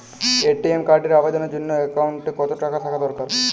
ATM কার্ডের আবেদনের জন্য অ্যাকাউন্টে কতো টাকা থাকা দরকার?